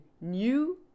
new